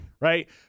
Right